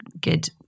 good